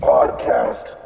Podcast